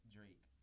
Drake